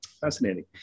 fascinating